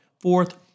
Fourth